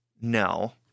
no